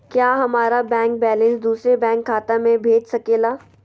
क्या हमारा bank balance दूसरे बैंक खाता में भेज सके ला?